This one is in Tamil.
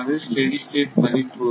ஆனது ஸ்டெடி ஸ்டேட் மதிப்பு